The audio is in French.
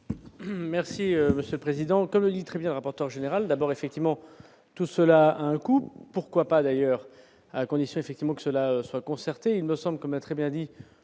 Merci Monsieur le président, comme le dit très bien rapporteur général d'abord effectivement tout cela a un coût, pourquoi pas d'ailleurs à condition effectivement que cela soit concertée, il me semble quand même très bien dit